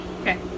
Okay